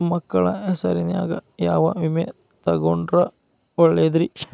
ಮಕ್ಕಳ ಹೆಸರಿನ್ಯಾಗ ಯಾವ ವಿಮೆ ತೊಗೊಂಡ್ರ ಒಳ್ಳೆದ್ರಿ?